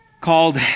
called